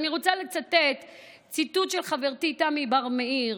אני רוצה לצטט את חברתי תמי בר-מאיר,